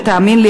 ותאמין לי,